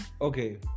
Okay